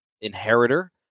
inheritor